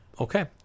Okay